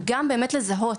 וגם לזהות,